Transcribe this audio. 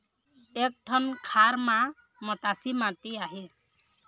एक ठन खार म मटासी माटी आहे?